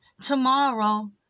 Tomorrow